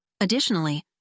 Additionally